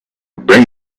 bring